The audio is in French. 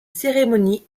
cérémonies